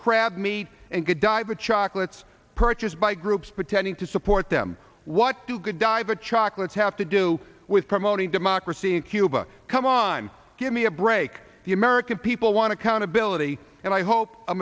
crabmeat and good diver chocolates purchased by groups pretending to support them what do good diver chocolates have to do with promoting democracy in cuba come on give me a break the american people want to countability and i hope a